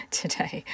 today